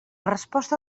resposta